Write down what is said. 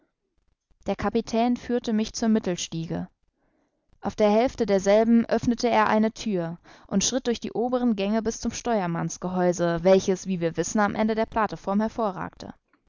der kapitän führte mich zur mittelstiege auf der hälfte derselben öffnete er eine thür und schritt durch die oberen gänge bis zum steuermannsgehäuse welches wie wir wissen am ende der plateform hervorragte